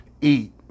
eat